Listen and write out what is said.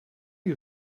you